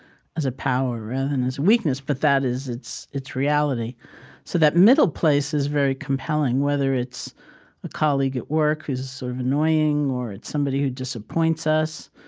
as a power rather than as a weakness, but that is its its reality so that middle place is very compelling, whether it's a colleague at work who's sort of annoying, or it's somebody who disappoints us